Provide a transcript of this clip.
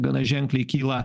gana ženkliai kyla